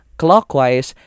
clockwise